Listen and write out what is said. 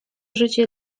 życie